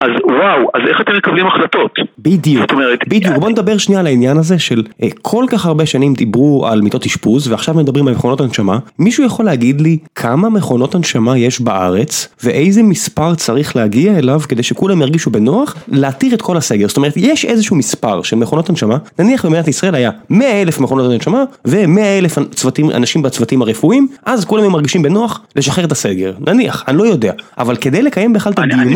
אז וואו, אז איך אתם מקבלים החלטות? בדיוק, בדיוק, בוא נדבר שנייה על העניין הזה של כל כך הרבה שנים דיברו על מיטות אשפוז ועכשיו מדברים על מכונות הנשמה מישהו יכול להגיד לי כמה מכונות הנשמה יש בארץ ואיזה מספר צריך להגיע אליו כדי שכולם ירגישו בנוח להתיר את כל הסגר זאת אומרת יש איזשהו מספר של מכונות הנשמה נניח במדינת ישראל היה מאה אלף מכונות נשמה ומאה אלף אנשים בצוותים הרפואיים אז כולם מרגישים בנוח לשחרר את הסגר נניח, אני לא יודע אבל כדי לקיים בכלל את הדיונים...